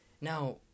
Now